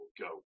go